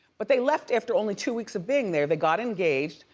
but they left after only two weeks of being there. they got engaged.